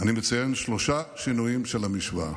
אני מציין שלושה שינויים של המשוואה.